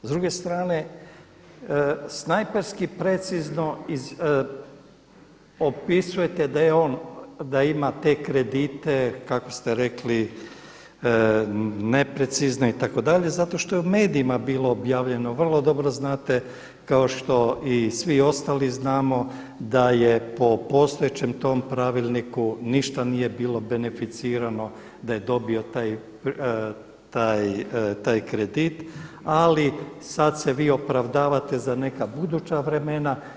S druge strane snajperski precizno opisujete da je on, da ima te kredite kako ste rekli neprecizne itd., zato što je u medijima bilo objavljeno, vrlo dobro znate kao što i svi ostali znamo da je po postojećem tom pravilniku, ništa nije bilo beneficirano da je dobio taj kredit ali sada se vi opravdavate za neka buduća vremena.